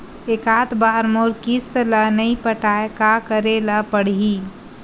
एकात बार मोर किस्त ला नई पटाय का करे ला पड़ही?